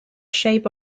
shape